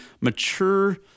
mature